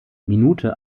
minute